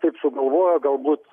taip sugalvojo galbūt